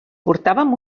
portàvem